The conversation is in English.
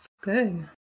good